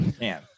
man